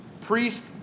Priest